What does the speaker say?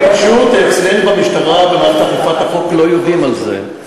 פשוט אצלנו במשטרה ובמערכת אכיפת החוק לא יודעים על זה.